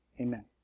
Amen